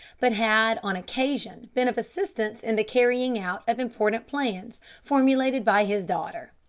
but had, on occasion, been of assistance in the carrying out of important plans, formulated by his daughter.